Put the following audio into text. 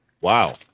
Wow